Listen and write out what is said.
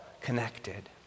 connected